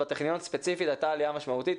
בטכניון ספציפית הייתה עלייה משמעותית,